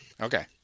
Okay